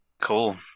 Cool